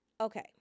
okay